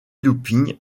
looping